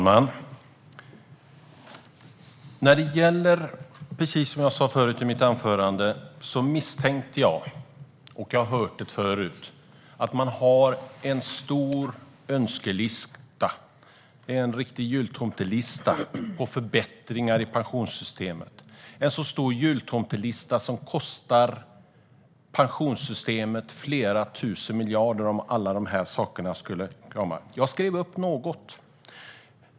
Herr talman! Som jag sa i mitt anförande misstänker jag, och jag har hört det förut, att man har en lång önskelista, en riktig jultomtelista, med förbättringar i pensionssystemet som kostar pensionssystemet flera tusen miljarder om alla dessa saker skulle bli verklighet. Jag skrev upp något.